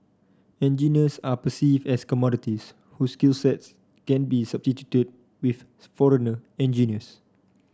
engineers are perceived as commodities whose skills sets can be substituted with foreigner engineers